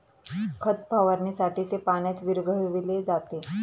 खत फवारणीसाठी ते पाण्यात विरघळविले जाते